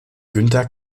günther